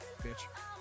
Bitch